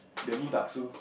the mee-bakso